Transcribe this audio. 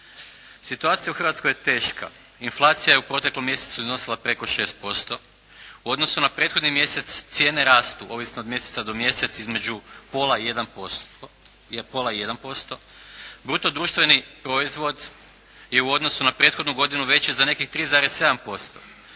Situacija u Hrvatskoj je teška. Inflacija je u proteklom mjesecu iznosila preko 6%. U odnosu na prethodni mjesec cijene rastu ovisno od mjeseca do mjesec između pola i jedan posto. Bruto društveni proizvod je u odnosu na prethodnu godinu veći za nekih 3,7%